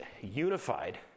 unified